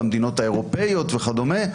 במדינות האירופאיות וכדומה,